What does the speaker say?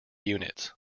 units